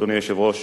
אדוני היושב-ראש,